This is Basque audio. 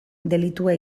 delitua